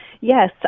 Yes